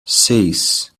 seis